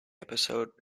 episode